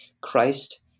Christ